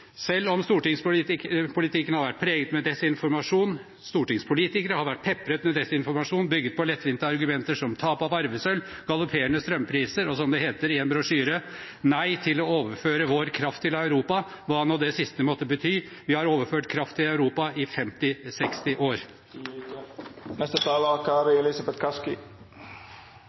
Selv om stortingspolitikere har vært pepret med desinformasjon bygget på lettvinte argumenter som tap av arvesølv, galopperende strømpriser og som det heter i en brosjyre: Nei til å overføre vår kraft til Europa! Hva nå det siste måtte bety – vi har overført kraft til Europa i 50–60 år. Saken som vi debatterer i dag, har skapt et stort engasjement langt utenfor dette huset. Det er